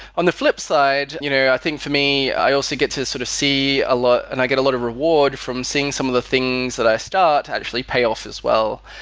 on the flipside, you know i think, for me, i also get to sort of see ah and i get a lot of reward from seeing some of the things that i start to actually pay off as well,